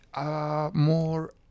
more